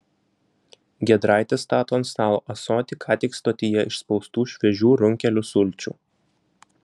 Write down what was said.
giedraitis stato ant stalo ąsotį ką tik stotyje išspaustų šviežių runkelių sulčių